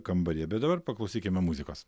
kambaryje bet dabar paklausykime muzikos